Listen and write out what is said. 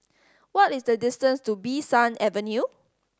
what is the distance to Bee San Avenue